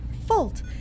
fault